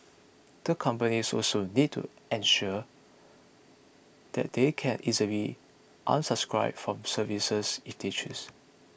the companies also need to ensure that they can easily unsubscribe from services if they choose